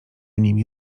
nimi